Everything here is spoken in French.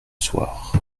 soir